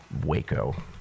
Waco